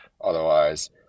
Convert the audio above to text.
Otherwise